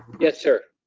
yes, sir.